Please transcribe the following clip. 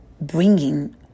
bringing